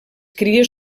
cries